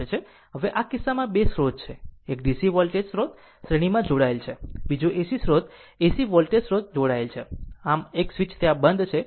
હવે આ કિસ્સામાં 2 સ્રોત છે એક DC વોલ્ટેજ સ્રોત શ્રેણીમાં જોડાયેલ છે બીજો AC સ્ત્રોત AC વોલ્ટેજ સ્રોત જોડાયેલ છે એક સ્વીચ ત્યાં બંધ છે